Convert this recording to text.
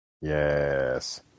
Yes